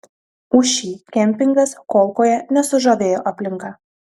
ūši kempingas kolkoje nesužavėjo aplinka